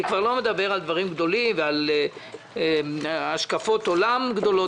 אני כבר לא מדבר על דברים גדולים ועל השקפות עולם גדולות.